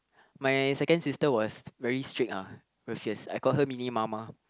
my second sister was very strict ah very fierce I call her mini mama